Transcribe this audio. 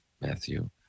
Matthew